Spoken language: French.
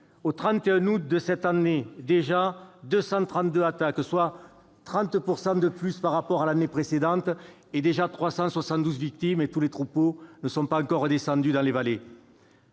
Au 31 août de cette année, on dénombrait 232 attaques, soit 30 % de plus par rapport à l'année précédente, et déjà 372 victimes, alors que tous les troupeaux ne sont pas encore redescendus dans les vallées.